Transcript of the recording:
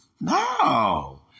No